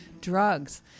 Drugs